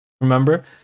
Remember